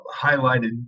highlighted